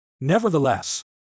Nevertheless